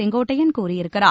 செங்கோட்டையன் கூறியிருக்கிறார்